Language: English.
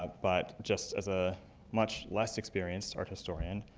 ah but just as a much less experienced art historian,